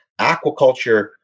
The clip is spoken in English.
Aquaculture